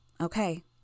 Okay